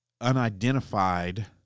unidentified